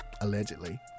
allegedly